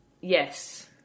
yes